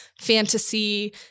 fantasy